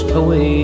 away